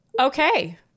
Okay